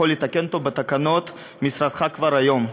יכול לתקן אותו בתקנות משרדך כבר היום.